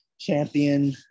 champion